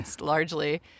largely